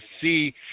see –